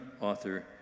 author